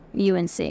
UNC